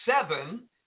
seven